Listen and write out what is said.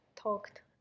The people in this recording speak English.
talked